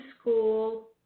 school